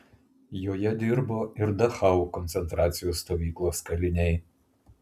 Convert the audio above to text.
joje dirbo ir dachau koncentracijos stovyklos kaliniai